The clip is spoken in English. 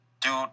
Dude